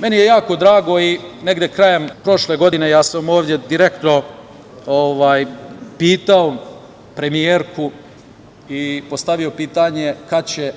Meni je jako drago i negde krajem prošle godine ovde sam direktno pitao premijerku i postavio pitanje kada će